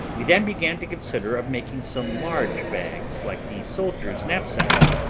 we then began to consider of making some large bags like the soldiers' knapsacks,